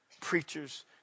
preachers